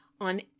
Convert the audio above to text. on